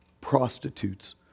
Prostitutes